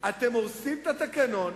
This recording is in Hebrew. אתם הורסים את התקנון.